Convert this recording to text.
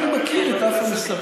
אני מכיר את דף המסרים,